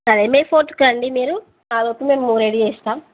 అదే మే ఫోర్త్కా అండి మీరు ఆ లోపు మేము రెడీ చేస్తాం